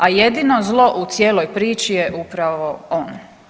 A jedino zlo u cijeloj priči je upravo on.